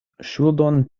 ŝuldon